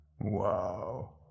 Wow